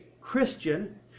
Christian